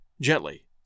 gently